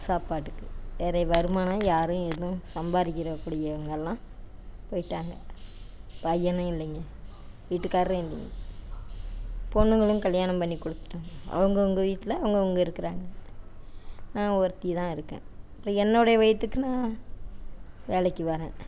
சாப்பாட்டுக்கு வேற வருமானம் யாரும் எதுவும் சம்பாதிக்கிறக்கூடியவங்கள்லாம் போய்ட்டாங்க பையனும் இல்லைங்க வீட்டுக்காரரும் இல்லைங்க பொண்ணுங்களும் கல்யாணம் பண்ணி கொடுத்துட்டோங்க அவங்கவுங்க வீட்டில அவங்கவுங்க இருக்கிறாங்க நான் ஒருத்தி தான் இருக்கேன் அப்புறோம் என்னுடைய வயிற்றுக்கு நான் வேலைக்கு வரேன்